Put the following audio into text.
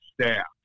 staff